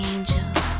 angels